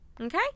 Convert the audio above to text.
Okay